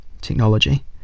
technology